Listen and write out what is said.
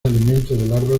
alimento